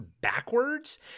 backwards